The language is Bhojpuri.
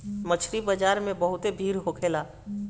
मछरी बाजार में बहुते भीड़ होखेला